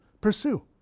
Pursue